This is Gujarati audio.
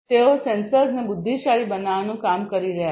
તેઓ સેન્સર્સને બુદ્ધિશાળી બનાવવાનું કામ કરી રહ્યા છે